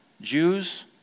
Jews